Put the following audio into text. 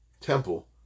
temple